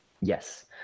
Yes